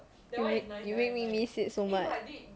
you make make me miss it so much